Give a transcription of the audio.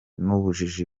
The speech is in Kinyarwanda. n’ubujiji